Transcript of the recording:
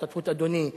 בהשתתפות אדוני,